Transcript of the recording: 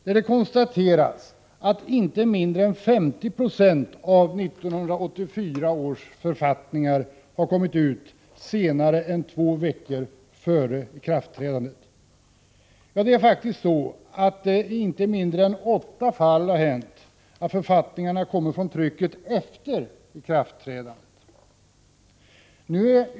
Det har konstaterats att inte mindre än 50 96 av 1984 års författningar har utkommit senare än två veckor före ikraftträdandet. Ja, det har faktiskt i inte mindre än åtta fall hänt att författningarna kommit ut från trycket efter ikraftträdandet.